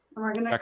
we're gonna